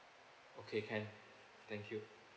okay can thank you